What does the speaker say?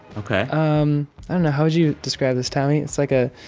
ok um and how would you describe this, tommy? it's, like, a.